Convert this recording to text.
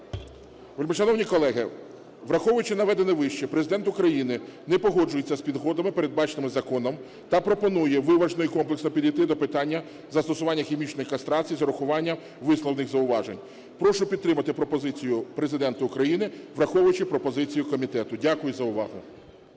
Вельмишановні колеги, враховуючи наведене вище, Президент України не погоджується з підходами, передбаченими законом та пропонує виважено і комплексно підійти до питання застосування хімічної кастрації з урахуванням висловлених зауважень. Прошу підтримати пропозицію Президента України, враховуючи пропозиції комітету. Дякую за увагу.